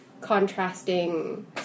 contrasting